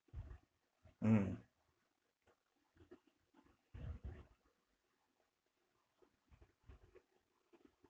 mm